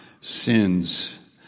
sins